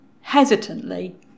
hesitantly